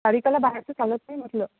सारिकाला बाहेरचं चालत नाही म्हटलं